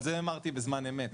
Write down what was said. את זה אמרתי בזמן אמת.